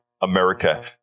America